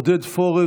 עודד פורר,